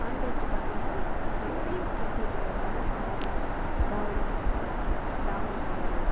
ஆண்களுக்கு பார்த்திங்கன்னா வேஷ்டி பெண்களுக்கு பார்த்திங்கன்னா ஸாரீ தாவணி தாவணி பாவாடை